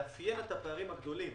לאפיין את הפערים הגדולים